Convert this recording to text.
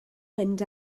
mynd